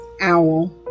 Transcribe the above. owl